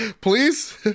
please